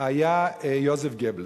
היה יוזף גבלס?